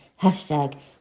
hashtag